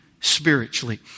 spiritually